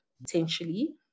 potentially